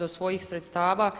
do svojih sredstava.